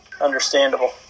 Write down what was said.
understandable